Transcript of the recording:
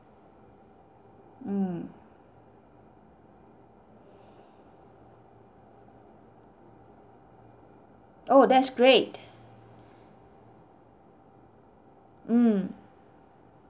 mm oh that's great mm